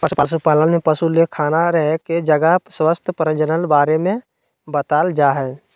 पशुपालन में पशु ले खाना रहे के जगह स्वास्थ्य प्रजनन बारे में बताल जाय हइ